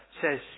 says